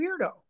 weirdo